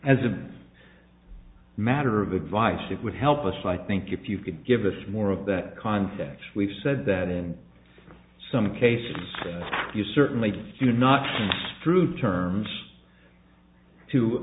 as a matter of advice it would help us i think if you could give us more of that context we've said that in some cases you certainly do not through terms to